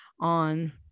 on